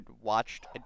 watched